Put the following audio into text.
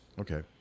Okay